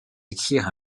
écrire